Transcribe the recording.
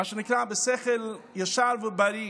מה שנקרא בשכל ישר ובריא,